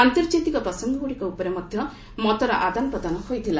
ଆନ୍ତର୍ଜାତିକ ପ୍ରସଙ୍ଗଗୁଡ଼ିକ ଉପରେ ମଧ୍ୟ ମତର ଆଦାନ ପ୍ରଦାନ ହୋଇଥିଲା